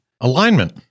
Alignment